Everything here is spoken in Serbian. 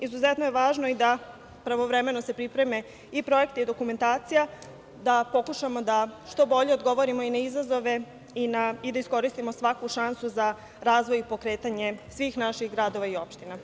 Izuzetno je važno i da se pravovremeno pripreme i projekti i dokumentacija, da pokušamo da što bolje odgovorimo i na izazove i da iskoristimo svaku šansu za razvoj i pokretanje svih naših gradova i opština.